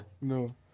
No